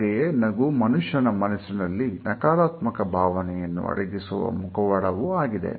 ಹಾಗೆಯೇ ನಗು ಮನುಷ್ಯನ ಮನಸ್ಸಿನಲ್ಲಿ ನಕಾರಾತ್ಮಕ ಭಾವನೆಯನ್ನು ಅಡಗಿಸುವ ಮುಖವಾಡವೂ ಆಗಿದೆ